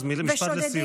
אז משפט לסיום.